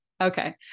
Okay